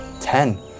Ten